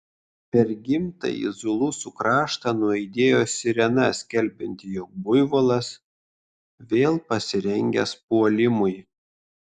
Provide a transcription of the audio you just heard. per gimtąjį zulusų kraštą nuaidėjo sirena skelbianti jog buivolas vėl pasirengęs puolimui